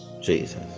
jesus